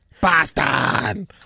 Boston